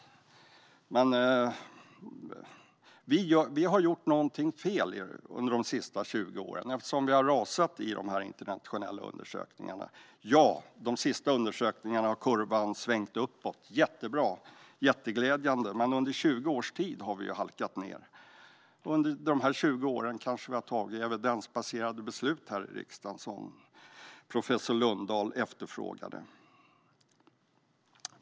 Vi har gjort någonting fel under de sista 20 åren eftersom vi har rasat i de här internationella undersökningarna. Ja, i de sista undersökningarna har kurvan svängt uppåt. Det är jättebra och jätteglädjande, men under 20 års tid har vi ju halkat ned. Och under de här 20 åren har vi kanske tagit evidensbaserade beslut här i riksdagen, som professor Lundahl efterfrågade.